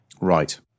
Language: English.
Right